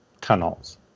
tunnels